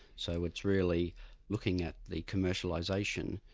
so it's really looking at the commercialization,